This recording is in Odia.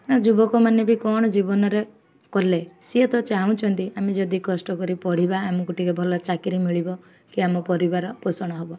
ନା ଯୁବକମାନେ ବି କ'ଣ ଜୀବନରେ କଲେ ସିଏ ତ ଚାହୁଁଛନ୍ତି ଆମେ ଯଦି କଷ୍ଟ କରି ପଢ଼ିବା ଆମକୁ ଟିକେ ଭଲ ଚାକିରି ମିଳିବ କି ଆମ ପରିବାର ପୋଷଣ ହବ